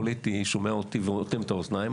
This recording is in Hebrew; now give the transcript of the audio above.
שהדרג הפוליטי שומע אותי ואוטם את האוזניים,